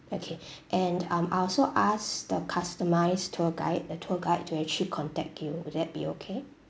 okay and um I also ask the customized tour guide a tour guide to actually contact you will that be okay